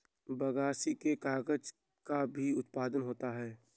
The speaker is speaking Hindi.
बगासी से कागज़ का भी उत्पादन होता है